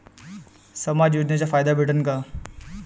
समाज योजनेचा फायदा भेटन का?